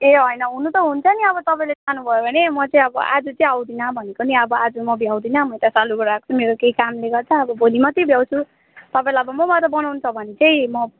ए होइन हुनु त हुन्छ नि अब तपाईँले चाहनुभयो भने म चाहिँ अब आज चाहिँ आउँदिनँ भनेको नि अब आज म भ्याउँदिनँ म त सालुगढा आएको मेरो केही कामले गर्दा अब भोलि मात्रै भ्याउँछु तपाईँलाई अब मबाट बनाउनु छ भने चाहिँ म